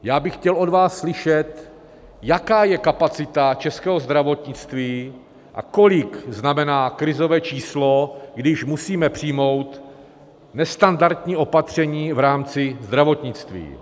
Já bych chtěl od vás slyšet, jaká je kapacita českého zdravotnictví a kolik znamená krizové číslo, když musíme přijmout nestandardní opatření v rámci zdravotnictví.